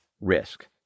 risk